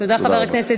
תודה רבה.